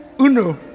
Uno